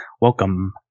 Welcome